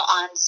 on